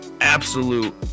absolute